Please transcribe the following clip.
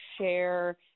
share